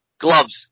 gloves